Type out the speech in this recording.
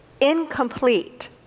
incomplete